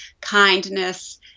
kindness